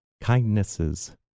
Kindnesses